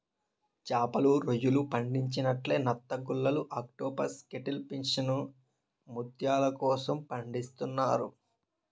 చేపలు, రొయ్యలు పండించినట్లే నత్తగుల్లలు ఆక్టోపస్ కేటిల్ ఫిష్లను ముత్యాల కోసం పండిస్తున్నారు